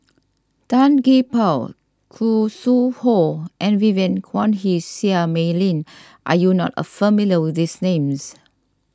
Tan Gee Paw Khoo Sui Hoe and Vivien Quahe Seah Mei Lin are you not familiar with these names